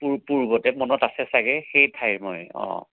পূৰ্বতে মনত আছে চাগৈ সেই ঠাইৰ মই অঁ